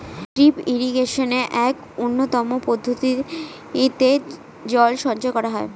drip ইরিগেশনে এক উন্নতম পদ্ধতিতে জল সঞ্চয় করা হয়